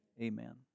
Amen